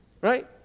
right